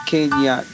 Kenya